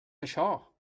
això